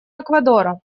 эквадора